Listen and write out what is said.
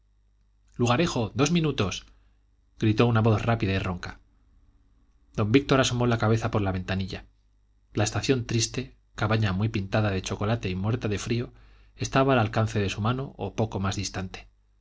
lugarejo dos minutos gritó una voz rápida y ronca don víctor asomó la cabeza por la ventanilla la estación triste cabaña muy pintada de chocolate y muerta de frío estaba al alcance de su mano o poco más distante